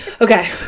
okay